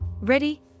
Ready